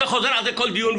אתה חוזר על זה כל דיון,